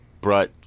brought